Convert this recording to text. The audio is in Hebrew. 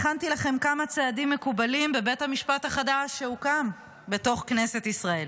הכנתי לכם כמה צעדים מקובלים בבית המשפט החדש שהוקם בתוך כנסת ישראל.